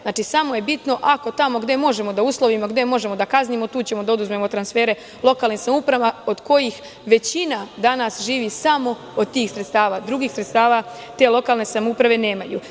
Znači, samo je bitno ako tamo gde možemo da uslovimo, gde možemo da kaznimo, tu ćemo da oduzmemo transfere lokalnim samoupravama, od kojih većina danas živi samo od tih sredstava, drugih sredstava te lokalne samouprave nemaju.